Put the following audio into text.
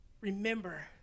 remember